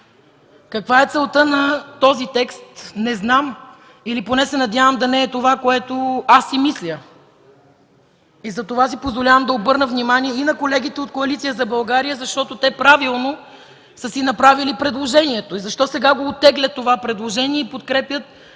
Каква е целта на този текст не знам или поне се надявам да не е това, което аз си мисля. Затова си позволявам да обърна внимание и на колегите от Коалиция за България, защото те правилно са си направили предложението. Защо сега оттеглят това предложение и подкрепят